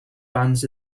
bands